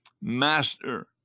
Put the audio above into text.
Master